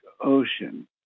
Ocean